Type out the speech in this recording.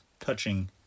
touching